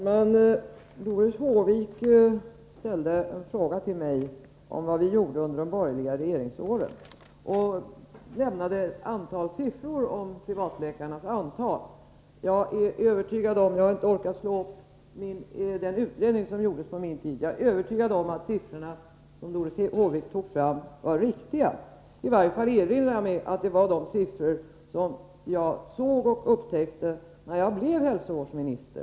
Herr talman! Doris Håvik frågade mig vad vi gjorde under de borgerliga regeringsåren. Hon nämnde också några siffror om antalet privatläkare. Jag har inte orkat slå i den utredning som gjordes på min tid, men jag är övertygad om att siffrorna stämmer. I varje fall erinrar jag mig att det var just dessa siffror som jag såg när jag blev hälsovårdsminister.